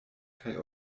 kaj